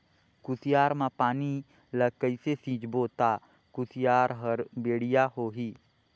कुसियार मा पानी ला कइसे सिंचबो ता कुसियार हर बेडिया होही?